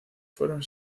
fueron